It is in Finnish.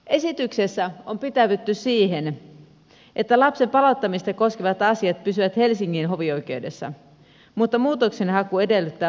esityksessä on pitäydytty siihen että lapsen palauttamista koskevat asiat pysyvät helsingin hovioikeudessa mutta muutoksenhaku edellyttää valituslupaa